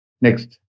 Next